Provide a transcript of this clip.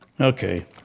Okay